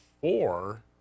four